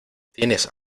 tienes